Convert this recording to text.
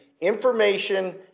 information